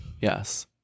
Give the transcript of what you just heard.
Yes